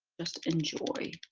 just enjoy